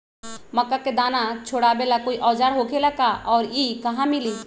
मक्का के दाना छोराबेला कोई औजार होखेला का और इ कहा मिली?